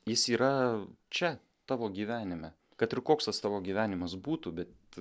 jis yra čia tavo gyvenime kad ir koks tas tavo gyvenimas būtų bet